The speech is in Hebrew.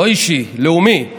לא אישי, לאומי.